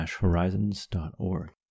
Horizons.org